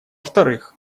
вторых